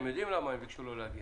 הם יודעים למה הם ביקשו לא להגיע.